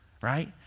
right